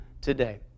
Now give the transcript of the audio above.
today